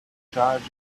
charge